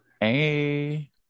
Hey